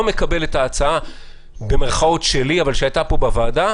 מקבל את ההצעה "שלי" שהייתה פה בוועדה